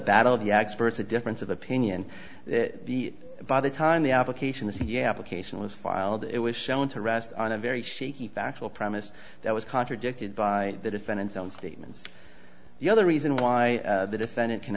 battle of the experts a difference of opinion by the time the application to see application was filed it was shown to rest on a very shaky factual premise that was it by the defendant's own statements the other reason why the defendant can